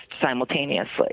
simultaneously